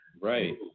Right